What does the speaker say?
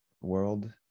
world